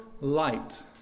light